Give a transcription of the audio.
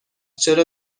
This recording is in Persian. چرا